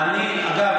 אגב,